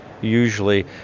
usually